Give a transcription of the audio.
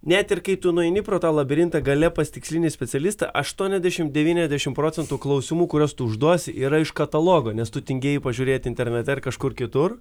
net ir kai tu nueini pro tą labirintą gale pasitikslinį specialistą aštuoniasdešimt devyniasdešimt procentų klausimų kuriuos užduosi yra iš katalogo nes tu tingėjai pažiūrėt internete ar kažkur kitur